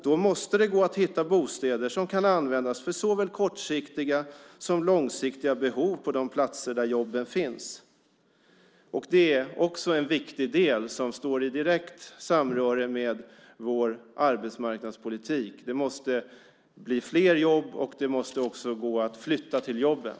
Då måste det gå att hitta bostäder som kan användas för såväl kortsiktiga som långsiktiga behov på de platser där jobben finns. Det är en viktig del som står i direkt samband med vår arbetsmarknadspolitik. Det måste bli fler jobb, och det måste gå att flytta till jobben.